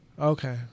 Okay